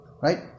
right